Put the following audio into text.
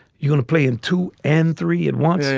you're going to play in two and three at once.